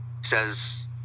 says